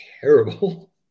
terrible